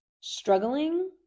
struggling